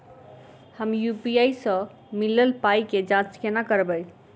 हम यु.पी.आई सअ मिलल पाई केँ जाँच केना करबै?